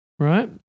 Right